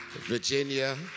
Virginia